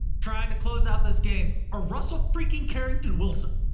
trying to close out this game or russell freaking carrington. wilson.